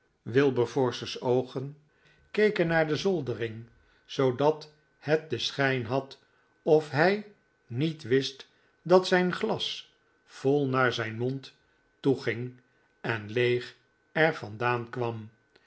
wilberforce's oogen keken naar de zoldering zoodat het den schijn had of hij niet wist dat zijn glas vol naar zijn mond toeging en leeg er vandaan kwam